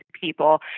people